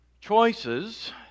Choices